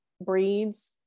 breeds